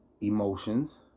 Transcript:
emotions